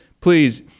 please